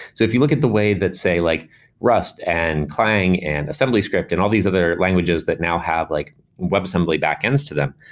so if you look at the way that say like rust, and clang, and assembly script and all these other languages that now have like web assembly backends to them,